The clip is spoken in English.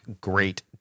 great